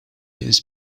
his